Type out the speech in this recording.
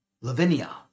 Lavinia